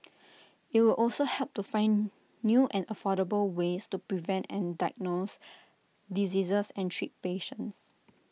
IT will also help to find new and affordable ways to prevent and diagnose diseases and treat patients